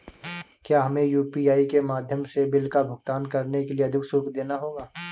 क्या हमें यू.पी.आई के माध्यम से बिल का भुगतान करने के लिए अधिक शुल्क देना होगा?